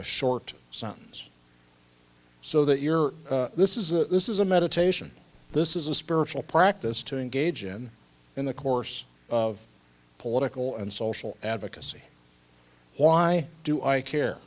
a short sentence so that you're this is a this is a meditation this is a spiritual practice to engage in in the course of political and social advocacy why do i care